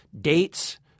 dates –